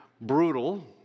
brutal